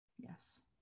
Yes